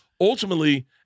ultimately